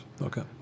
okay